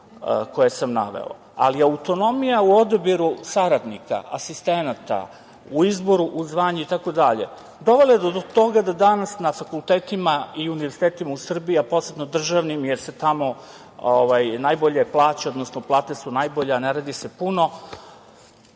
koje sam naveo, ali autonomija u odabiru saradnika, asistenata, u izboru u zvanje dovela je do toga da danas na fakultetima i univerzitetima u Srbiji, a posebno državnim, jer se tamo najbolje plaća, odnosno plate su najbolje, a ne radi se puno,